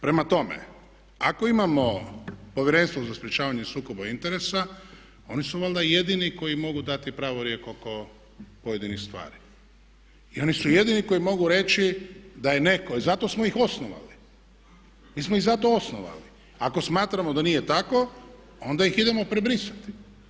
Prema tome, ako imamo Povjerenstvo za sprječavanje sukoba interesa oni su valjda jedini koji mogu dati pravorijek oko pojedinih stvari i oni su jedini koji mogu reći da je neko, zato smo ih i osnovali, mi smo ih zato osnovali, ako smatramo da nije tako onda ih idemo prebrisati.